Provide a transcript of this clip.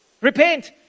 Repent